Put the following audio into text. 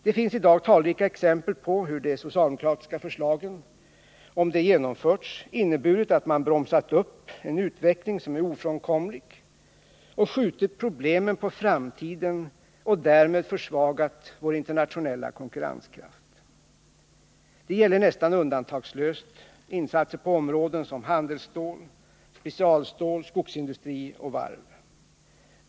Det finns i dag talrika exempel på hur de socialdemokratiska förslagen, om de hade genomförts, inneburit att man bromsat upp en utveckling som är ofrånkomlig och skjutit problemen på framtiden och därmed försvagat vår internationella konkurrenskraft. Det gäller nästan undantagslöst insatser på områden som handelsstål, specialstål, skogsindustri och varv.